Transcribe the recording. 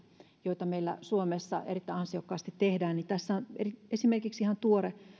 joita meillä suomessa erittäin ansiokkaasti tehdään niin tässä on esimerkiksi ihan tuore